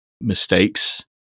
mistakes